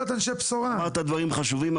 אמרת דברים חשובים,